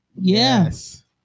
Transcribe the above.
Yes